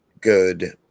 good